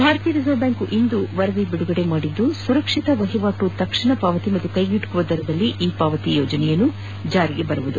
ಭಾರತೀಯ reserve bank ಇಂದು ವರದಿ ಬಿಡುಗಡೆ ಮಾಡಲಿದ್ದು ಸುರಕ್ಷಿತ ವಹಿವಾಟು ತಕ್ಷಣ ಪಾವತಿ ಹಾಗೂ ಕೈಗೆಟುಕುವ ದರದಲ್ಲಿ ಈ ಪಾವತಿ ಯೋಜನೆ ಜಾರಿಗೆ ಬರಲಿದೆ